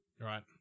Right